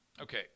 Okay